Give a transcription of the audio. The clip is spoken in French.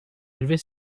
élever